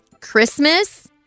Christmas